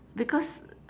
because